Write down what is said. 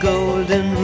Golden